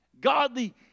Godly